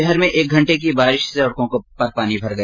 शहर में एक घंटे की बारिश से ् सड़कों पर पानी भर गया